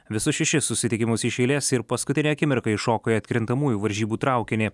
visus šešis susitikimus iš eilės ir paskutinę akimirką įšoko į atkrintamųjų varžybų traukinį